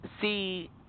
see